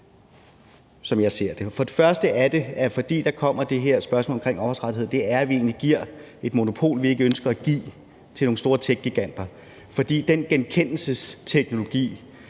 som jeg ser det. For det første kan man frygte, at fordi der kommer det her spørgsmål omkring ophavsrettigheder, giver vi egentlig et monopol, som vi ikke ønsker at give, til nogle store techgiganter. For den genkendelsesteknologi,